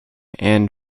and